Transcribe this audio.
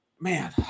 Man